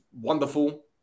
wonderful